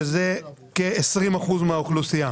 לצערי הרב לא כל הסוגיות של משרד הרווחה זוכות ליחס,